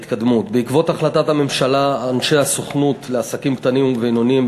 ההתקדמות: בעקבות החלטת הממשלה אנשי הסוכנות לעסקים קטנים ובינוניים